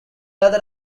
other